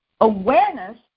awareness